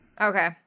okay